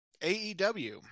aew